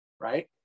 right